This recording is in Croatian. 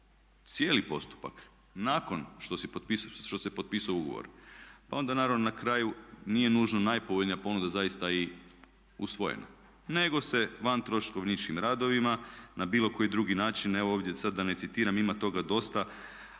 cijeli postupak nakon što se potpisao ugovor onda naravno na kraju nije nužno najpovoljnija ponuda zaista i usvojena. Nego se van troškovničkim radovima na bilo koji drugi način evo ovdje sad da ne citiram ima toga dosta